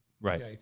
Right